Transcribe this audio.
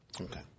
Okay